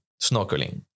snorkeling